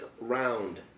round